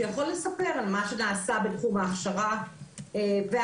שיכול לספר על מה שנעשה בתחום ההכשרה וההדרכה.